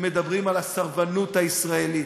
הם מדברים על הסרבנות הישראלית.